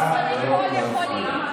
מה זה יועץ?